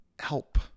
help